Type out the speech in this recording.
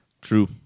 True